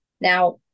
Now